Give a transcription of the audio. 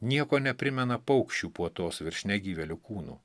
niekuo neprimena paukščių puotos virš negyvėlių kūnų